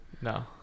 No